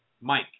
Mike